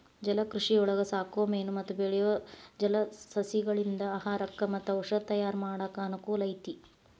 ಜಲಕೃಷಿಯೊಳಗ ಸಾಕೋ ಮೇನು ಮತ್ತ ಬೆಳಿಯೋ ಜಲಸಸಿಗಳಿಂದ ಆಹಾರಕ್ಕ್ ಮತ್ತ ಔಷದ ತಯಾರ್ ಮಾಡಾಕ ಅನಕೂಲ ಐತಿ